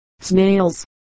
snails